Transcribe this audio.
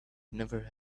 never